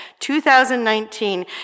2019